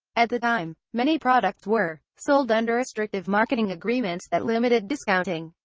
at the time, many products were sold under restrictive marketing agreements that limited discounting,